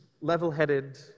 level-headed